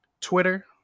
Twitter